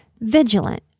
vigilant